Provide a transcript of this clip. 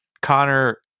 Connor